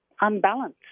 unbalanced